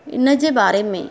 इनजे बारे में